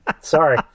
Sorry